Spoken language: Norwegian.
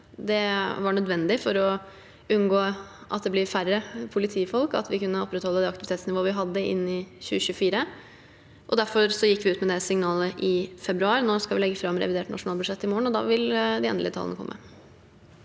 Det var nødvendig for å unngå at det blir færre politifolk, og for at vi kunne opprettholde det aktivitetsnivået vi hadde inn i 2024. Derfor gikk vi ut med det signalet i februar. Nå skal vi legge fram revidert nasjonalbudsjett i morgen, og da vil de endelige tallene komme.